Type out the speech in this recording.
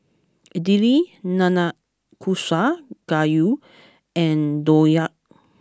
Idili Nanakusa Gayu and Dhokla